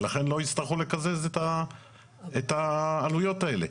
ולכן לא יצטרכו לקזז את העלויות האלה,